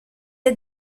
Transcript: est